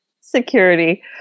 Security